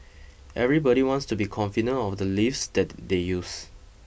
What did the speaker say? everybody wants to be confident of the lifts that they use